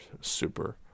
super